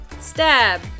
Stab